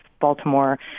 Baltimore